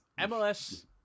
MLS